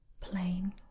plain